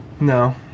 No